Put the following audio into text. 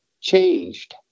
changed